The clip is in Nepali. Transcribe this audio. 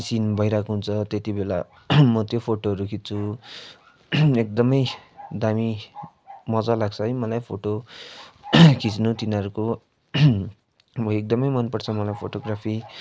सिन भइरहेको हुन्छ त्यति बेला म त्यो फोटोहरू खिच्छु एकदमै दामी मजा लाग्छ है मलाई फोटो खिच्नु तिनीहरूको एकदमै मनपर्छ मलाई फोटोग्राफी